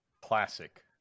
Classic